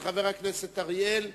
של חבר הכנסת אריאל,